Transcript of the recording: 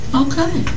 okay